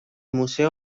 museo